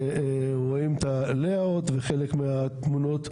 רואים את ה-layout וחלק מהתמונות,